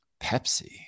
Pepsi